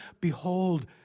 behold